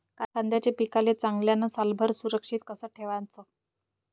कांद्याच्या पिकाले चांगल्यानं सालभर सुरक्षित कस ठेवाचं?